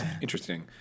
interesting